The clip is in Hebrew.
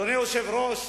לעבודה ורווחה,